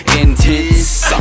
Intense